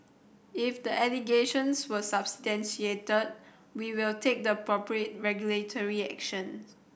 if the allegations were substantiated we will take the appropriate regulatory action